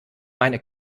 meine